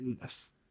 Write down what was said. Yes